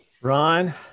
Ron